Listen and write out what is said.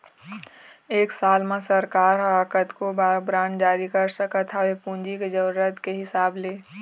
एक साल म सरकार ह कतको बार बांड जारी कर सकत हवय पूंजी के जरुरत के हिसाब ले